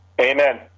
Amen